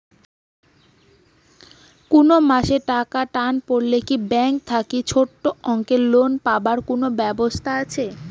কুনো মাসে টাকার টান পড়লে কি ব্যাংক থাকি ছোটো অঙ্কের লোন পাবার কুনো ব্যাবস্থা আছে?